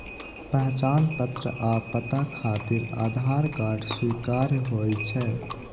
पहचान पत्र आ पता खातिर आधार कार्ड स्वीकार्य होइ छै